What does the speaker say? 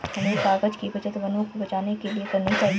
हमें कागज़ की बचत वनों को बचाने के लिए करनी चाहिए